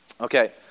Okay